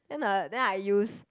then um then I use